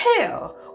Hell